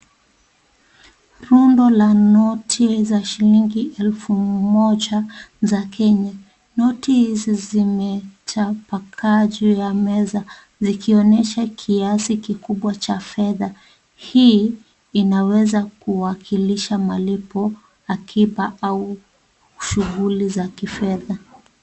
Rundo la noti za shilingi elfu moja za Kenya. Noti hizi zimetapakaa juu ya meza zikioyesha kiasi kikubwa cha fedha hii inaweza kuwa kilisha malipo, akiba au shughuli za kifedha.